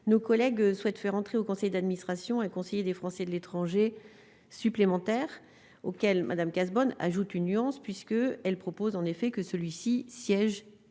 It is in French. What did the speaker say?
nos collègues souhaitent faire entrer au conseil d'administration et conseiller des Français de l'étranger supplémentaire auquel Madame Cazebonne ajoute une nuance puisque elle propose en effet que celui-ci sièges à l'Assemblée des Français de l'étranger